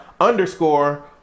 underscore